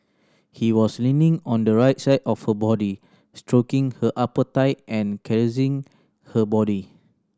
he was leaning on the right side of her body stroking her upper thigh and caressing her body